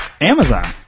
Amazon